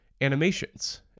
animations